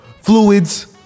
fluids